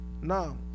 Now